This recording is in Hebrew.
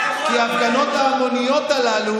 כי ההפגנות ההמוניות האלה